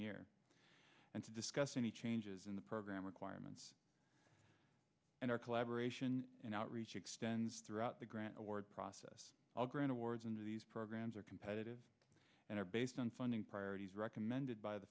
year and to discuss any changes in the program requirements and our collaboration and outreach extends throughout the grant award process i'll grant awards into these programs are competitive and are based on funding priorities recommended by the